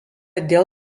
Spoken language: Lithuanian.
dėl